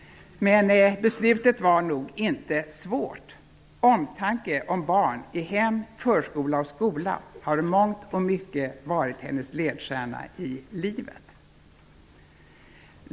Men beslutet var nog inte svårt; omtanke om barn i hem, förskola och skola har i mångt och mycket varit hennes ledsjärna i livet.